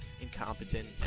incompetent